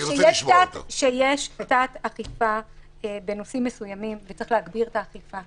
שיש תת-אכיפה בנושאים מסוימים וצריך להגביר את האכיפה.